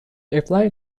apply